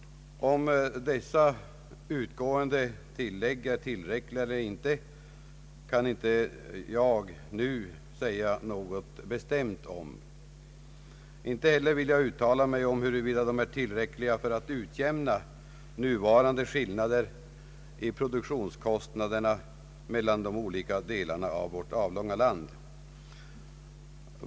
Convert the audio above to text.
Om dessa utgående tillägg är tillräckliga eller inte, kan inte jag nu säga något bestämt om. Inte heller vill jag uttala mig om huruvida de är tillräckliga för att utjämna nuvarande skillnader i produktionskostnader mellan de olika delarna av vårt land.